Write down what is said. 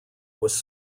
was